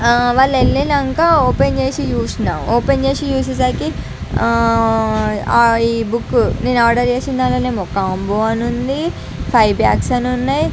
వాళ్ళు వెళ్ళినాక ఓపెన్ చేసి చూసిన ఓపెన్ చేసి చూసేసరికి ఆ ఈ బుక్ నేను ఆర్డర్ చేసిన దాంట్లో ఏమో కాంబో అని ఉంది ఫైవ్ బ్యాగ్స్ అని ఉన్నాయి